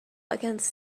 against